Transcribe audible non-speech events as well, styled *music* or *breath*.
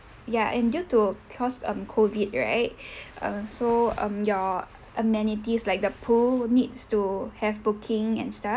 ya and due to cause um COVID right *breath* err so um your amenities like the pool needs to have booking and stuff